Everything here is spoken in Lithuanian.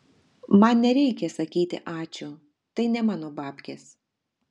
man nereikia sakyti ačiū tai ne mano babkės